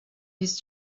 his